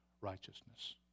righteousness